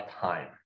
time